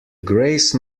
grace